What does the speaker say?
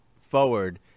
forward